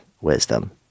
wisdom